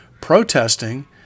protesting